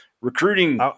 recruiting